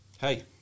Hey